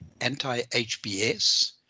anti-HBS